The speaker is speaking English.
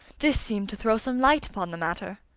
this seemed to throw some light upon the matter,